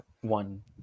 one